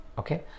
Okay